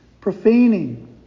profaning